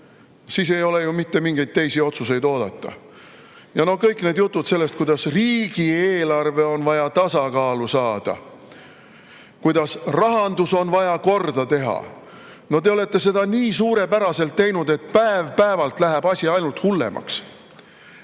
siis ei ole ju mitte mingeid teisi otsuseid oodata. Kõik need jutud sellest, kuidas riigieelarve on vaja tasakaalu saada, kuidas rahandus on vaja korda teha – no te olete seda nii suurepäraselt teinud, et päev-päevalt läheb asi ainult hullemaks.